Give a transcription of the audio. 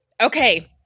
Okay